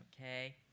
okay